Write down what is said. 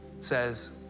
says